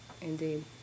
Indeed